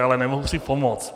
Ale nemohu si pomoci.